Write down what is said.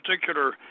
particular